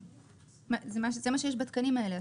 זה מה שיש בתקנים האלה.